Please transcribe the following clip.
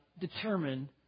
determine